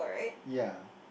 ya